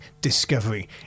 discovery